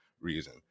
reason